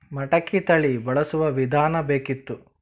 ಮಟಕಿ ತಳಿ ಬಳಸುವ ವಿಧಾನ ಬೇಕಿತ್ತು?